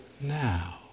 now